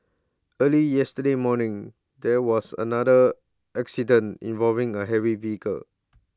early yesterday morning there was another accident involving A heavy vehicle